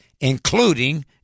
including